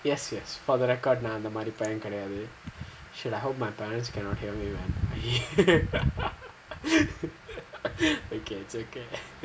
yes yes for the record நான் அந்த மாதிரி பையன் கிடையாது:naan antha maathiri paiyan kidaiyathu okay I hope my parents cannot hear you okay it's okay